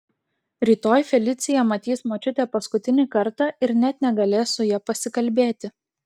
rytoj felicija matys močiutę paskutinį kartą ir net negalės su ja pasikalbėti